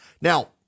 now